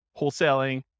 wholesaling